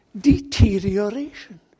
deterioration